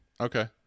Okay